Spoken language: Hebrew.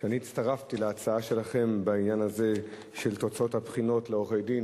אני הצטרפתי להצעה שלכם בעניין הזה של תוצאות הבחינות לעורכי-דין.